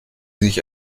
sich